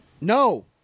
no